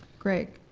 greg?